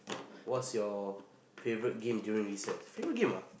what's your favourite game during recces favourite game ah